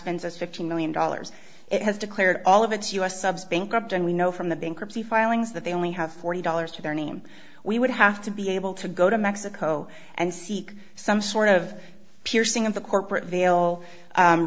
fifteen million dollars it has declared all of its u s subs bankrupt and we know from the bankruptcy filings that they only have forty dollars to their name we would have to be able to go to mexico and seek some sort of piercing of the corporate veil